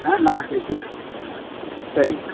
ஆ நான் பேசிக்கிறேன் சரிங்க